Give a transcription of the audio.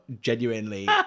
genuinely